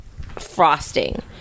frosting